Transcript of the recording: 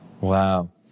Wow